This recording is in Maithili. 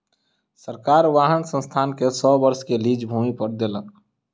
सरकार वाहन संस्थान के सौ वर्ष के लीज भूमि पर देलक